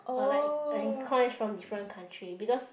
or like and coins from different country because